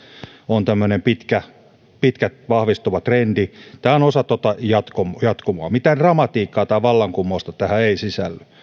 on tämmöinen pitkä vahvistuva trendi tämä on osa tuota jatkumoa jatkumoa mitään dramatiikkaa tai vallankumousta tähän ei sisälly